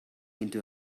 into